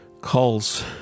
calls